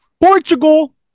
Portugal